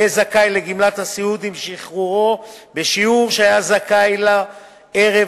יהיה זכאי לגמלת הסיעוד עם שחרורו בשיעור שהיה זכאי לו ערב